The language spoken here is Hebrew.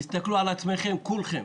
תסתכלו על עצמכם, כולם,